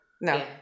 No